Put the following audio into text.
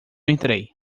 entrei